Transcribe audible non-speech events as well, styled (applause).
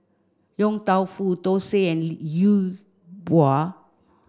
Yong Tau Foo Thosai and (unintelligible) Bua